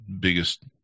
biggest